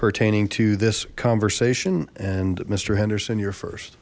pertaining to this conversation and mister henderson your first